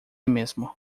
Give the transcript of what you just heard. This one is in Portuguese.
mesmo